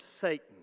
Satan